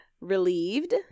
relieved